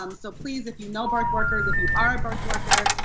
um so please if you know birth workers, if you are a birth worker,